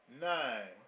nine